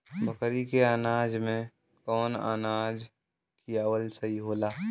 बकरी के अनाज में कवन अनाज खियावल सही होला?